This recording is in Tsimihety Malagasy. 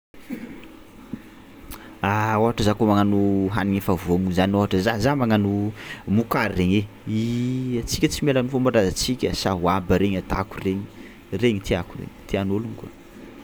A ôhatra za kôa magnano hanigny efa voaomana zany ôhatra za za magnano mokary regny ai, antsika tsy miala am'fomban-drazantsika, sahoaba regny atako regny, regny tiàko, tian'ôlogno koa.